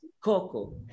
Coco